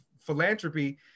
philanthropy